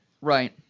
Right